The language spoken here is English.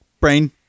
brain